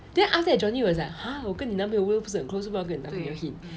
then after that johnny was like !huh! 我跟你男朋友又不是很 close 做么要跟你男朋友 hint